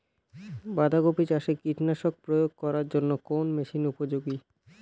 বাঁধা কপি চাষে কীটনাশক প্রয়োগ করার জন্য কোন মেশিন উপযোগী?